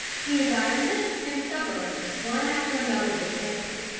the environments and suburbs one after another were taken,